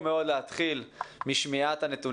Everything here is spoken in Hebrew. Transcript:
אני חושב שבדיון ראשוני חשוב מאוד להתחיל משמיעת הנתונים,